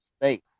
state